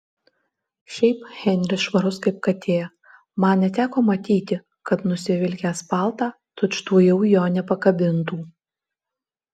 šiaip henris švarus kaip katė man neteko matyti kad nusivilkęs paltą tučtuojau jo nepakabintų